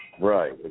Right